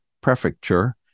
prefecture